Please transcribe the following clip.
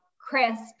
crisp